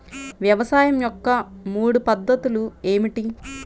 వ్యవసాయం యొక్క మూడు పద్ధతులు ఏమిటి?